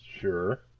Sure